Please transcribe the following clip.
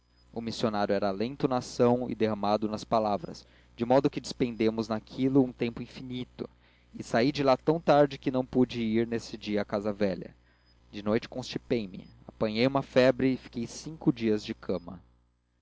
o missionário era lento na ação e derramado nas palavras de modo que despendemos naquilo um tempo infinito e saí de lá tão tarde que não pude ir nesse dia à casa velha de noite constipei-me apanhei uma febre e fiquei cinco dias de cama